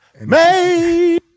Made